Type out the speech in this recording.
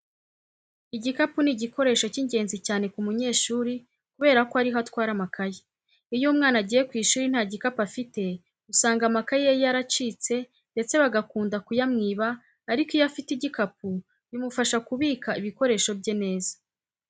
Igikapu ni igikoresho cy'ingenzi cyane ku munyeshuri kubera ko ari ho atwara amakayi. Iyo umwana agiye ku ishuri nta gikapu afite, usanga amakayi ye yaracitse ndetse bagakunda kuyamwiba ariko iyo afite igikapu bimufasha kubika ibikoreshoo bye neza.